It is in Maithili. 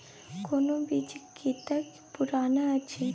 कोनो बीज कतेक पुरान अछि?